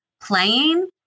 playing